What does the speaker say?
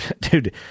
dude